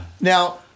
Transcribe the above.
Now